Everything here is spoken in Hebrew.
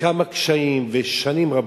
וכמה קשיים, ושנים רבות.